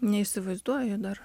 neįsivaizduoju dar